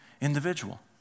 individual